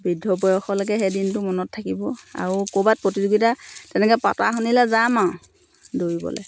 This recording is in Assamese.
বৃদ্ধ বয়সলৈকে সেই দিনটো মনত থাকিব আৰু ক'ৰবাত প্ৰতিযোগীতা তেনেকৈ পতা শুনিলে যাম আৰু দৌৰিবলৈ